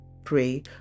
pray